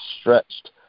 stretched